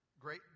great